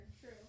True